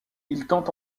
tente